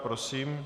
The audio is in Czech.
Prosím.